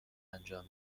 انجام